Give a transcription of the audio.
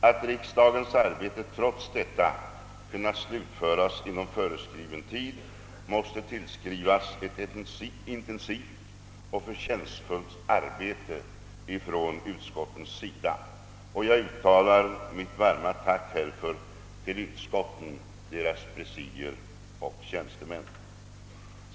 Att riksdagens arbete trots detta kunnat slutföras inom föreskriven tid måste tillskrivas ett intensivt och förtjänstfullt arbete från utskottens sida, och jag uttalar mitt varma tack härför till utskotten, deras presidier och tjänstemän.